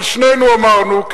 אבל שנינו אמרנו,